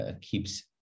keeps